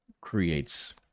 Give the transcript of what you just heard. creates